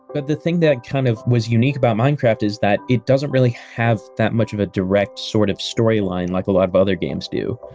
but the thing that kind of was unique about minecraft with that it doesn't really have that much of a direct, sort of storyline like a lot of other games do.